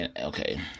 Okay